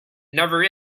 never